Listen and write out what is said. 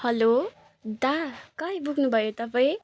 hello दादा कहाँ आइपुग्नु भयो तपाईँ